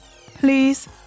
please